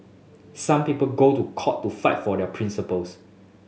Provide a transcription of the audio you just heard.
some people go to court to fight for their principles